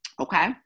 Okay